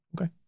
Okay